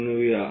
म्हणूया